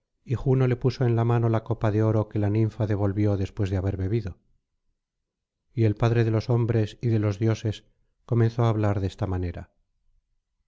y juno le puso en la mano la copa de oro que la ninfa devolvió después de haber bebido y el padre de los hombres y de los dioses comenzó á hablar de esta manera